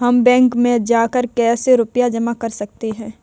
हम बैंक में जाकर कैसे रुपया जमा कर सकते हैं?